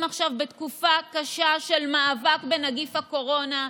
עכשיו בתקופה קשה של מאבק בנגיף הקורונה,